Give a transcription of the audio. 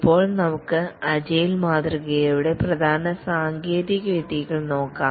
ഇപ്പോൾ നമുക്ക് അജിലേ മാതൃകയുടെ പ്രധാന സാങ്കേതിക വിദ്യകൾ നോക്കാം